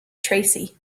tracy